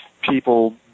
people